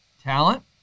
talent